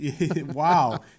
Wow